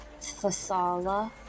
Fasala